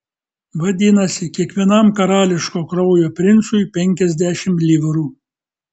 vadinasi kiekvienam karališko kraujo princui penkiasdešimt livrų